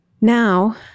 Now